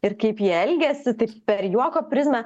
ir kaip jie elgiasi taip per juoko prizmę